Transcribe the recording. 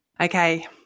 okay